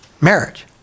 marriage